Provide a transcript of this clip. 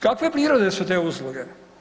Kakve prirode su te usluge?